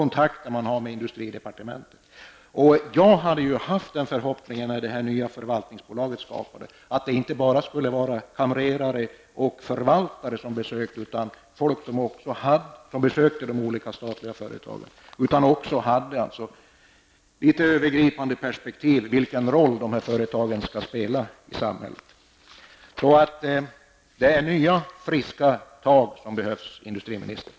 När detta förvaltningsbolag skapades hade jag förhoppningen att det inte bara skulle vara kamrerare och förvaltare som besökte de statliga företagen utan även människor med litet mer övergripande perspektiv på vilken roll de statliga företagen skall spela i samhället. Det är nya friska tag som behövs, industriministern!